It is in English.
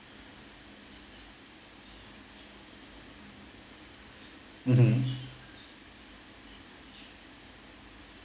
mmhmm